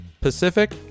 Pacific